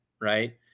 right